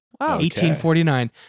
1849